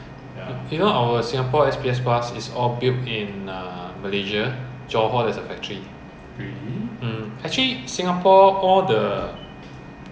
no the the chassis and engine all ship to johor then the the the factory then 就 assemble 建起来啦 not assemble lah it's uh it's build from scratch